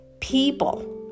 people